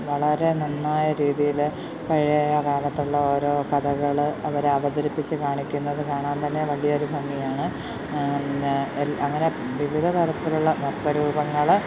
വളരെ നന്നായ രീതിയിൽ പഴയ കാലത്തുള്ള ഓരോ കഥകൾ അവർ അവതരിപ്പിച്ച് കാണിക്കുന്നത് കാണാൻ തന്നെ വലിയ ഒരു ഭംഗിയാണ് അങ്ങനെ വിവിധ തരത്തിലുള്ള നൃത്തരൂപങ്ങൾ